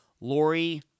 Lori